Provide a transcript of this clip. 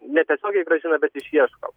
ne tiesiogiai grąžina bet išieško